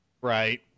Right